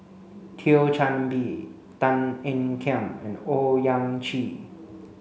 Thio Chan Bee Tan Ean Kiam and Owyang Chi